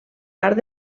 part